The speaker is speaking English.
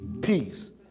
peace